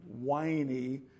whiny